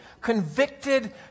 convicted